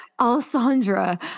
Alessandra